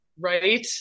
right